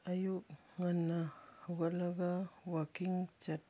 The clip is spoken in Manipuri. ꯑꯌꯨꯛ ꯉꯟꯅ ꯍꯧꯒꯠꯂꯒ ꯋꯥꯛꯀꯤꯡ ꯆꯠꯄ